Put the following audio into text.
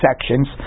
sections